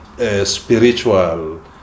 spiritual